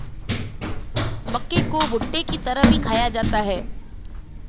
मक्के को भुट्टे की तरह भी खाया जाता है